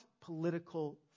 political